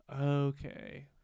Okay